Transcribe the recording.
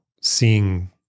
seeing